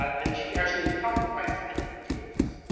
and she actually is helped by sandy doing this.